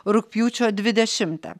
rugpjūčio dvidešimtą